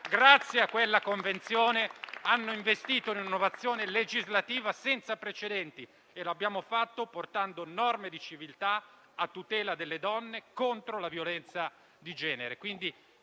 grazie a quella Convenzione, hanno investito in un'innovazione legislativa senza precedenti e l'abbiamo fatto portando norme di civiltà a tutela delle donne e contro la violenza di genere.